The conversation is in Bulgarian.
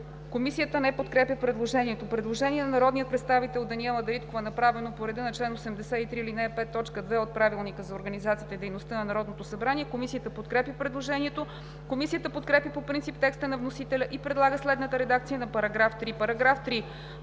Комисията не подкрепя предложението. Предложение на народния представител Даниела Дариткова, направено по реда на чл. 83, ал. 5, т. 2 от Правилника организацията и дейността на Народното събрание. Комисията подкрепя предложението. Комисията подкрепя по принцип текста на вносителя и предлага следната редакция на § 3: „§ 3.